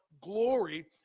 glory